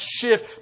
shift